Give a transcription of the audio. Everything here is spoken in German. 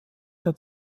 der